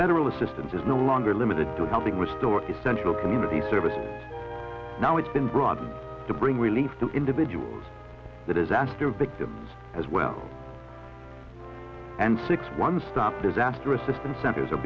federal assistance is no longer limited to helping restore essential community service now it's been brought in to bring relief to individuals the disaster victims as well and six one stop disaster assistance centers are